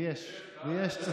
יש לו